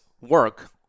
work